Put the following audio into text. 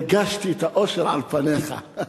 הרגשתי את האושר על פניך.